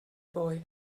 boy